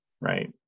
right